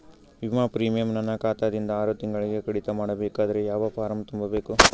ವಿಮಾ ಪ್ರೀಮಿಯಂ ನನ್ನ ಖಾತಾ ದಿಂದ ಆರು ತಿಂಗಳಗೆ ಕಡಿತ ಮಾಡಬೇಕಾದರೆ ಯಾವ ಫಾರಂ ತುಂಬಬೇಕು?